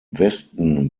westen